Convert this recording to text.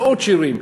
מאות שירים.